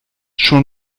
schon